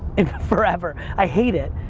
in forever. i hate it.